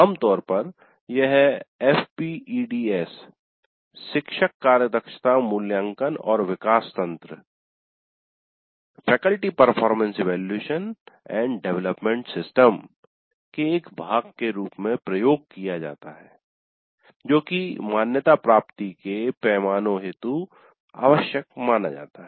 आमतौर पर यह FPEDS शिक्षक कार्यदक्षता मूल्याङ्कन और विकास तंत्र के एक भाग के रूप में प्रयोग किया जाता है जो कि मान्यता प्राप्ति के पैमानों हेतु आवश्यक माना जाता है